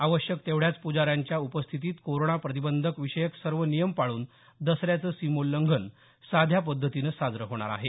आवश्यक तेवढ्याच पुजाऱ्यांच्या उपस्थितीत कोरोना प्रतिबंधविषयक सर्व नियम पाळून दसऱ्यांचं सीमोल्लंघन साध्या पध्दतीनं साजरं होणार आहे